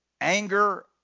anger